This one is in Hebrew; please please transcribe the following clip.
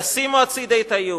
תשימו הצדה את הייאוש,